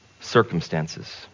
circumstances